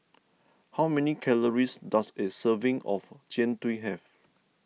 how many calories does a serving of Jian Dui have